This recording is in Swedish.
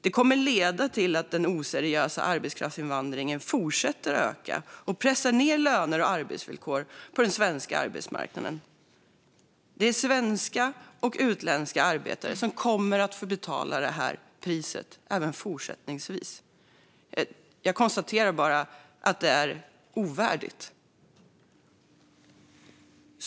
Det kommer att leda till att den oseriösa arbetskraftsinvandringen fortsätter att öka och pressa ned löner och arbetsvillkor på den svenska arbetsmarknaden. Det är svenska och utländska arbetare som kommer att få betala priset även fortsättningsvis. Jag konstaterar bara att det är ovärdigt.